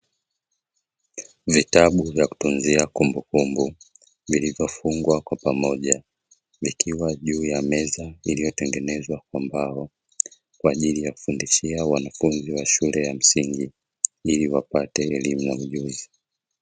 Vitabu vya kutunza kumbukumbu, vilivyo fungwa kwa pamoja vikiwa juu ya meza iliotengenezwa kwa mbao, kwa ajili ya kuwafundishia wanafunzi wa elimu ya msingi ili wapate elimu na ujuzi.